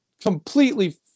completely